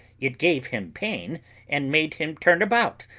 it gave him pain and made him turn about,